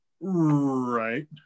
Right